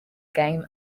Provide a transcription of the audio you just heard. game